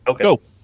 Okay